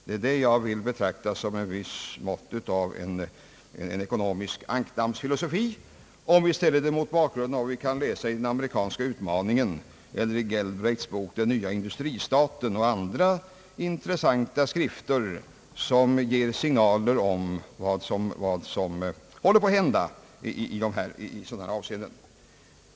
Detta vill jag betrakta som ett visst mått av ekonomisk ankdammsfilosofi, om vi ställer det mot bakgrunden av vad vi kan läsa i Servan-Schreibers bok Den amerikanska utmaningen eller i Galbraiths bok Den nya industristaten och andra intressanta skrifter, som ger signaler om vad som håller på att hända i sådana här sammanhang.